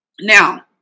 now